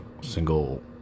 single